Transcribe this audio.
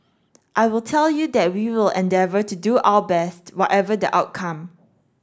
I will tell you that we will endeavour to do our best whatever the outcome